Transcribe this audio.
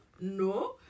No